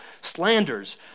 slanders